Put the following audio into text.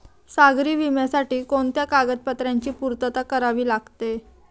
सागरी विम्यासाठी कोणत्या कागदपत्रांची पूर्तता करावी लागते?